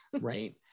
Right